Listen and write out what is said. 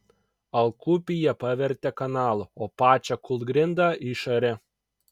alkupį jie pavertė kanalu o pačią kūlgrindą išarė